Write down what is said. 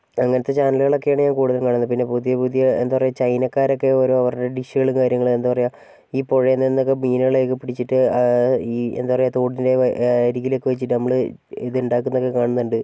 അങ്ങനത്തെ ചാനലുകളൊക്കെയാണ് ഞാൻ കൂടുതലും കാണുന്നത് പിന്നെ പുതിയ പുതിയ എന്താണ് പറയുക ചൈനക്കാരൊക്കെ ഓരോ അവരുടെ ഡിഷുകളും കാര്യങ്ങളും എന്താണ് പറയുക ഈ പുഴയിൽ നിന്നൊക്കെ മീനുകളെയൊക്ക പിടിച്ചിട്ട് ഈ എന്താണ് പറയുക ഈ തോടിൻ്റെ അരികിലൊക്കെ വെച്ചിട്ട് നമ്മൾ ഇതുണ്ടാക്കുന്നത് ഒക്കെ കാണുന്നുണ്ട്